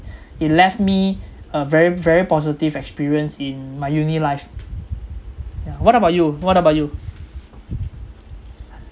it left me a very very positive experience in my uni life yeah what about you what about you